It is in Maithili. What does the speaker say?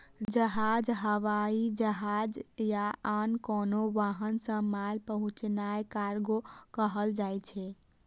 जहाज, हवाई जहाज या आन कोनो वाहन सं माल पहुंचेनाय कार्गो कहल जाइ छै